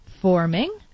forming